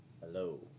Hello